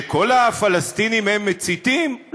שכל הפלסטינים הם מציתים?